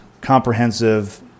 comprehensive